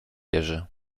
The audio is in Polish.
jerzy